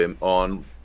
on